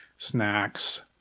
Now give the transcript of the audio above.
snacks